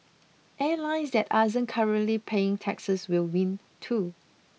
airlines that aren't currently paying taxes will win too